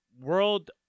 World